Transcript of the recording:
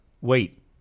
Wait